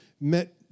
met